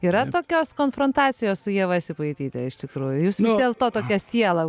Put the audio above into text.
yra tokios konfrontacijos su ieva sipaityte iš tikrųjų jūs dėl to tokia siela